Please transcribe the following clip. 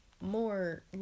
more